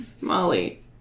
Molly